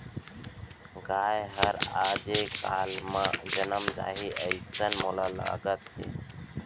गाय हर आजे काल म जनम जाही, अइसन मोला लागत हे